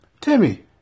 Timmy